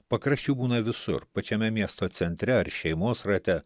pakraščių būna visur pačiame miesto centre ar šeimos rate